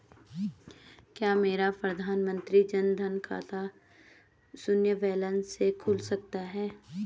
क्या मेरा प्रधानमंत्री जन धन का खाता शून्य बैलेंस से खुल सकता है?